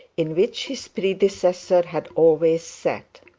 in which his predecessor had always sat.